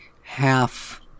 half